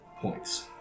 points